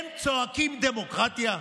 הם צועקים "דמוקרטיה"?